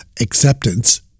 acceptance